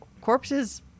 corpses